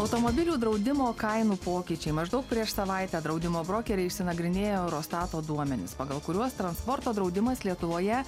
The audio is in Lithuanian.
automobilių draudimo kainų pokyčiai maždaug prieš savaitę draudimo brokeriai išsinagrinėjo eurostato duomenis pagal kuriuos transporto draudimas lietuvoje